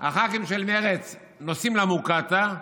והח"כים של מרצ נוסעים למוקטעה.